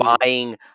buying